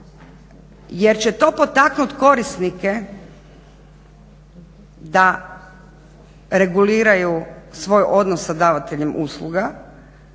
jer će to potaknut korisnike da reguliraju svoj odnos sa davateljem usluga,